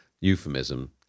euphemism